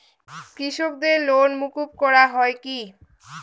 কৃষকদের লোন মুকুব করা হয় কি?